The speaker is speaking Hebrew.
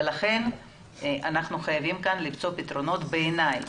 לכן אנחנו צריכים למצוא כאן פתרונות ביניים.